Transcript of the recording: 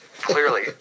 clearly